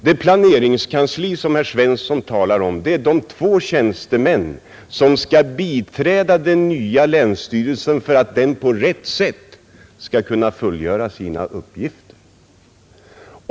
Det planeringskansli som herr Svensson talar om är de två tjänstemän som skall biträda den nya länsstyrelsen för att den på rätt sätt skall kunna fullgöra sina uppgifter.